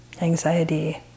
anxiety